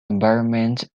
environment